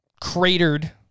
cratered